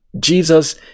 Jesus